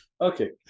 Okay